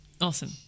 Awesome